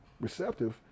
receptive